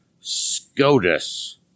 SCOTUS